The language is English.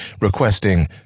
requesting